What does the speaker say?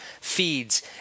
feeds